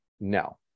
No